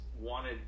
wanted